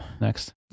next